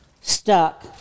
stuck